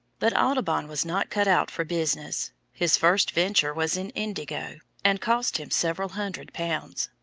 but audubon was not cut out for business his first venture was in indigo, and cost him several hundred pounds.